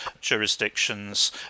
jurisdictions